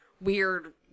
weird